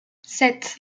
sept